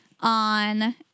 on